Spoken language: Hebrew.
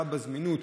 גם בזמינות,